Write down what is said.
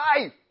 life